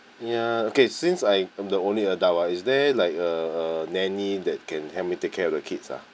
ya okay since I'm I am the only adult ah is there like uh uh nanny that can help me take care of the kids ah